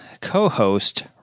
co-host